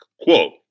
Quote